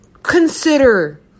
Consider